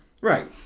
Right